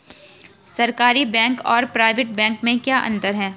सरकारी बैंक और private bank में क्या क्या अंतर हैं?